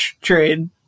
trade